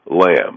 lamb